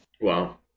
Wow